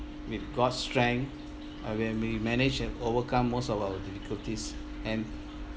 with god's strength uh when we manage and overcome most of our difficulties and